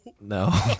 No